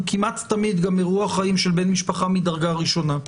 כמעט תמיד גם אירוע חיים של בן משפחה מדרגה ראשונה.